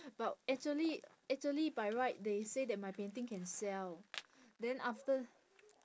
but actually actually by right they say that my painting can sell then after